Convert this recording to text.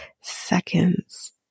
seconds